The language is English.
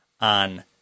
on